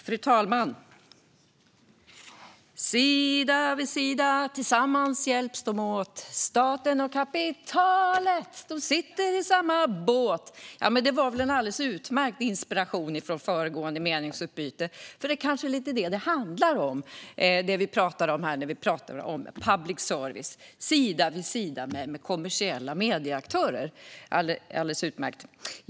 Fru talman! Sida vid sida, tillsammans hjälps dom åtstaten och kapitalet, dom sitter i samma båt Det var väl en alldeles utmärkt inspiration från föregående meningsutbyte, för det är väl vad det handlar om när vi pratar om public service - sida vid sida med kommersiella medieaktörer. Det är alldeles utmärkt.